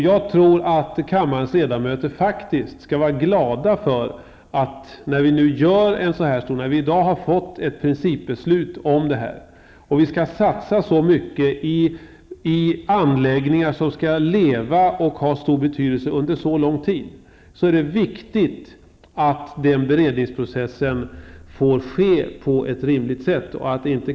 Jag tror att kammarens ledamöter skall vara glada för, när vi nu har fått ett principbeslut om att satsa så mycket i anläggningar som skall användas och ha stor betydelse under så lång tid, att beredningsprocessen får ske på ett rimligt sätt.